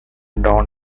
known